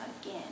again